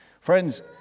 friends